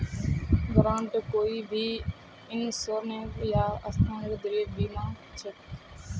grant कोई भी इंसानेर या संस्थार द्वारे दीबा स ख छ